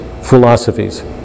philosophies